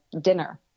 dinner